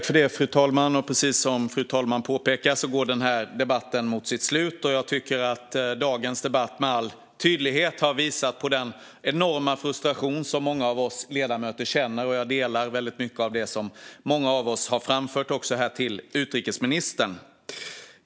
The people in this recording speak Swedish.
Fru talman! Debatten går mot sitt slut. Jag tycker att dagens debatt med all tydlighet har visat på den enorma frustration som många av oss ledamöter känner, och jag håller med om väldigt mycket av det som många av oss har framfört till utrikesministern.